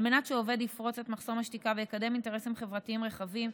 על מנת שעובד יפרוץ את מחסום השתיקה ויקדם אינטרסים חברתיים רחבים,